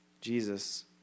Jesus